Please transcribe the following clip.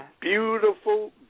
beautiful